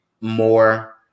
more